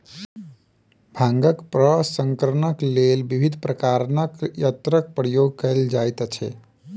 भांगक प्रसंस्करणक लेल विभिन्न प्रकारक यंत्रक प्रयोग कयल जाइत छै